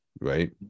right